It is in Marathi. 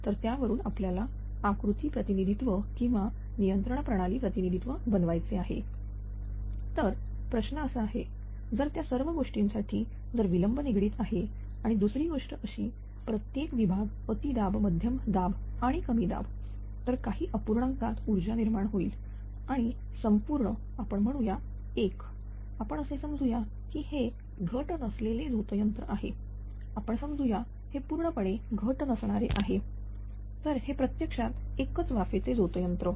तर त्यावरून आपल्याला आकृती प्रतिनिधित्व किंवा नियंत्रण प्रणाली प्रतिनिधित्व बनवायचे आहे तर प्रश्न असा आहे जर त्या सर्व गोष्टींसाठी जर विलंब निगडित आहे आणि दुसरी गोष्ट अशी प्रत्येक विभाग अति दाब मध्यम दाब आणि कमी दाब तर काही अपूर्णांकात ऊर्जा निर्मिती होईल आणि संपूर्ण आपण म्हणू या 1 आपण असे समजू या की हे घट नसणारे झोत यंत्र आहे आपण समजू या हे पूर्णपणे घट नसणारे आहे तर हे प्रत्यक्षात एकच वाफेचे झोतयंत्र